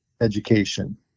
education